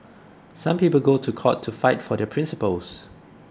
some people go to court to fight for their principles